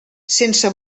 sense